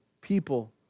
people